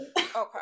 okay